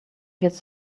gets